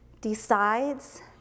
decides